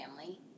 Family